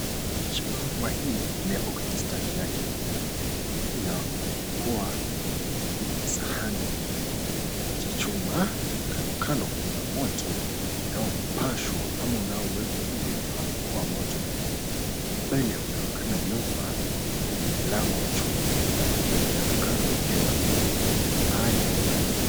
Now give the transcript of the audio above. Shawarma hii imewekwa kwenye stadi yake. Inakua kwenye kisahani cha chuma. Kandokando kuna moto unaopashwa au unaowekwa ili kuwa moto. Mbele kunaonekana nyumba yenye mlango wa chuma pia na kandokando ikiwa na mahali ya kukalia.